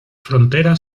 frontera